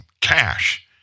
cash